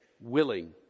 willing